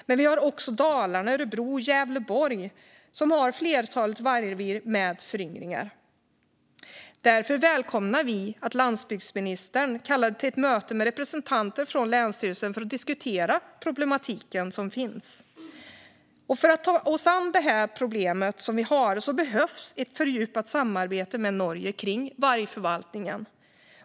Även Dalarna, Örebro och Gävleborg har ett flertal vargrevir med föryngring. Därför välkomnar vi att landsbygdsministern kallade till ett möte med representanter från länsstyrelser för att diskutera den problematik som finns. För att ta oss an problemet behövs ett fördjupat samarbete med Norge kring vargförvaltningen.